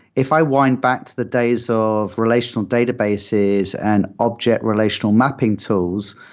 if i wind back to the days of relational databases and object relational mapping tools,